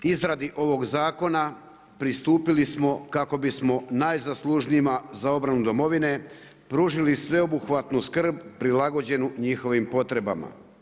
Izradi ovog zakona pristupili smo kako bismo najzaslužnijima za obranu domovine pružili sveobuhvatnu skrb prilagođenu njihovim potrebama.